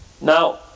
Now